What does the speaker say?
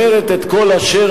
אתם רוצים להישאר